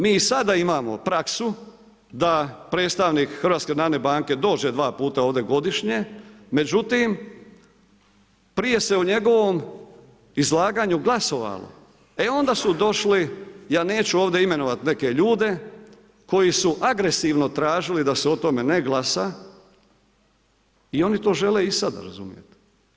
Mi sada imamo praksu da predstavnik HNB-a dođe 2 puta ovdje godišnje, međutim prije se u njegovom izlaganju glasovalo, e onda su došli, ja neću ovdje imenovat neke ljude koji su agresivno tražili da se o tome ne glasa, i oni to žele i sada, razumijete.